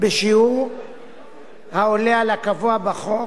בשיעור העולה על הקבוע בחוק,